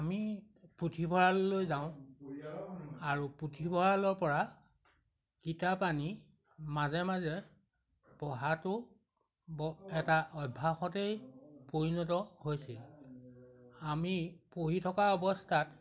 আমি পুথিভঁৰাললৈ যাওঁ আৰু পুথিভঁৰালৰ পৰা কিতাপ আনি মাজে মাজে পঢ়াটো এটা অভ্যাসতেই পৰিণত হৈছিল আমি পঢ়ি থকা অৱস্থাত